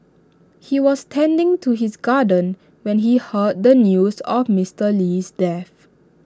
he was tending to his garden when he heard the news of Mister Lee's death